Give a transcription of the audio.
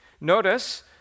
Notice